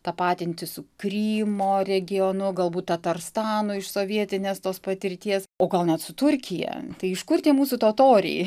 tapatinti su krymo regionu galbūt tatarstanu iš sovietinės tos patirties o gal net su turkija tai iš kur tie mūsų totoriai